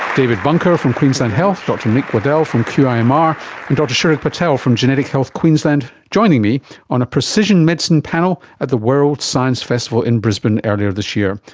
david bunker from queensland health, dr nic waddell from qimr, um um and dr chirag patel from genetic health queensland, joining me on a precision medicine panel at the world science festival in brisbane earlier this year.